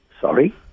Sorry